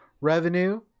revenue